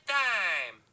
time